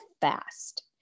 fast